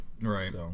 Right